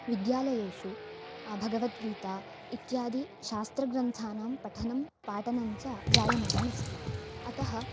विद्यालयेषु भगवद्गीता इत्यादि शास्त्रग्रन्थानां पठनं पाठनं च जायमानम् अस्ति अतः